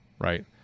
right